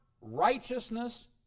righteousness